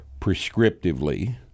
prescriptively